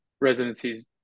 residencies